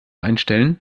einstellen